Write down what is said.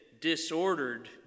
disordered